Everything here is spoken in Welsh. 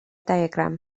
diagram